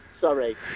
sorry